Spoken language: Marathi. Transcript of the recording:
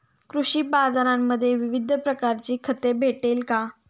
कृषी बाजारांमध्ये विविध प्रकारची खते भेटेल का?